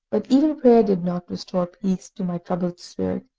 but even prayer did not restore peace to my troubled spirit,